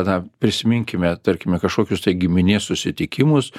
na prisiminkime tarkime kažkokius tai giminės susitikimus